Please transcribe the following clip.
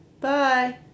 Bye